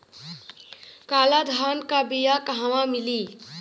काला धान क बिया कहवा मिली?